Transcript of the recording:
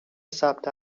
ثبت